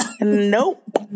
Nope